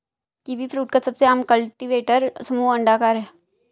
kiwifruit का सबसे आम कल्टीवेटर समूह अंडाकार है